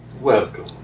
Welcome